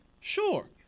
Sure